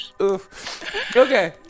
Okay